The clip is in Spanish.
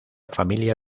familia